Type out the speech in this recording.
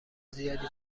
زیادی